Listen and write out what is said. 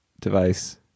device